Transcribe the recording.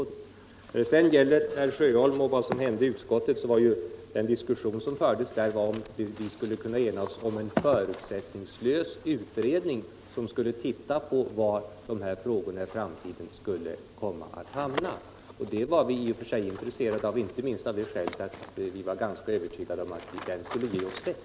Den diskussion som fördes i utskottet, herr Sjöholm, gällde huruvida vi skulle kunna enas om en förutsättningslös utredning som skulle titta på var de här frågorna i framtiden skulle komma att hamna. Det var vi i och för sig intresserade av, inte minst av det skälet att vi var ganska övertygade om att den utredningen skulle ge oss rätt.